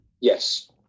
Yes